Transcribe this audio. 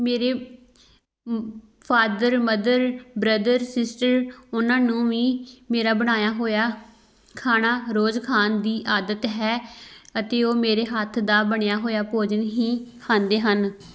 ਮੇਰੇ father mother brother sister ਉਹਨਾਂ ਨੂੰ ਵੀ ਮੇਰਾ ਬਣਾਇਆ ਹੋਇਆ ਖਾਣਾ ਰੋਜ਼ ਖਾਣ ਦੀ ਆਦਤ ਹੈ ਅਤੇ ਉਹ ਮੇਰੇ ਹੱਥ ਦਾ ਬਣਿਆ ਹੋਇਆ ਭੋਜਨ ਹੀ ਖਾਂਦੇ ਹਨ